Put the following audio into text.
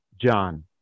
John